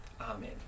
Amen